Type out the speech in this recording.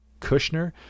Kushner